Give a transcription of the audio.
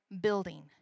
building